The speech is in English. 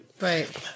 Right